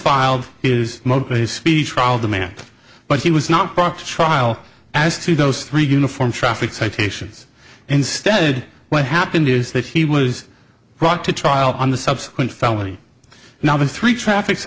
speedy trial demand but he was not brought to trial as to those three uniform traffic citations instead what happened is that he was brought to trial on the subsequent felony now the three traffic